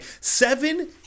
Seven